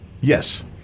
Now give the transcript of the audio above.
Yes